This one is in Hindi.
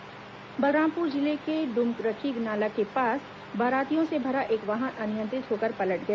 दुर्घटना बलरामपुर जिले के डूमरखी नाला के पास बारातियों से भरा एक वाहन अनियंत्रित होकर पलट गया